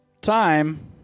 time